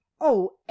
Oh